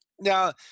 Now